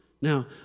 Now